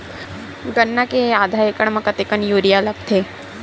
गन्ना के आधा एकड़ म कतेकन यूरिया लगथे?